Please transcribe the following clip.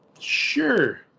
Sure